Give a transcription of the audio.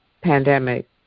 pandemic